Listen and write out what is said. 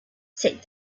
said